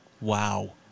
Wow